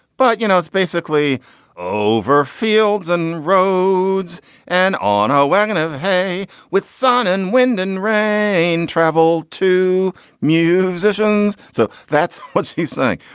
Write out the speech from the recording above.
but, you know, it's basically over fields and roads and on ah a wagon of hay with sun and wind and rain travel to musicians. so that's what's he saying.